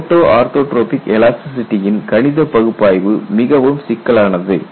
photo orthotropic எலாஸ்டிசிட்டியின் கணித பகுப்பாய்வு மிகவும் சிக்கலானது